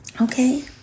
Okay